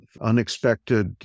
unexpected